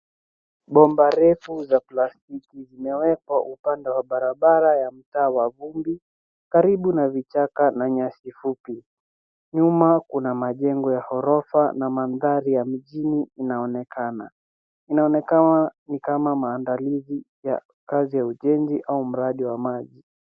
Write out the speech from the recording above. Bomba refu za plastiki zimewekwa upande wa barabara ya mtaa wa vumbi karibu na vichaka na nyasi fupi. Nyuma kuna majengo ya ghorofa na mandhari ya mjini inaonekana. Inaonekana ni kama maandalizi ya kazi ya ujenzi au mradi wa maji.